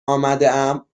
آمدم